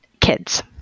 kids